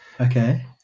Okay